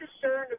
concerned